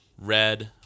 red